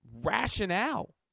rationale